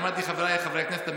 אמרתי חבריי חברי הכנסת המתוקים.